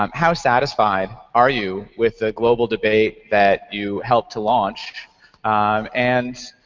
um how satisfied are you with the global debate that you helped to launch and